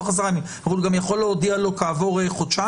יהיה תוך 10 ימים אבל הוא גם יכול להודיע לו כעבור חודשיים?